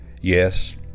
Yes